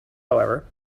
however